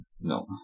No